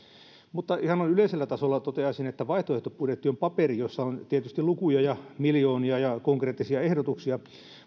ihan noin yleisellä tasolla toteaisin että vaihtoehtobudjetti on paperi jossa on tietysti lukuja ja miljoonia ja konkreettisia ehdotuksia